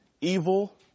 evil